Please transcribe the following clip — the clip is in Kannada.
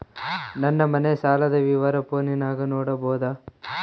ನನ್ನ ಮನೆ ಸಾಲದ ವಿವರ ಫೋನಿನಾಗ ನೋಡಬೊದ?